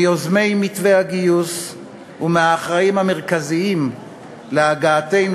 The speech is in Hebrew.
מיוזמי מתווה הגיוס ומהאחראים המרכזיים להגעתנו